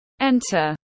enter